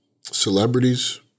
Celebrities